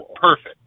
perfect